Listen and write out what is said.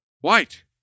White